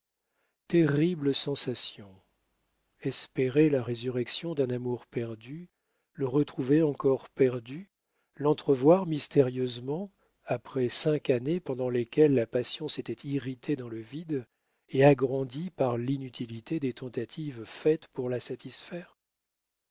terrible sensation espérer la résurrection d'un amour perdu le retrouver encore perdu l'entrevoir mystérieusement après cinq années pendant lesquelles la passion s'était irritée dans le vide et agrandie par l'inutilité des tentatives faites pour la satisfaire